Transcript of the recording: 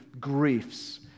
griefs